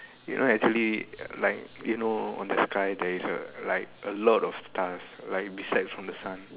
you know actually like you know on the sky there is a like a lot of stars like beside from the sun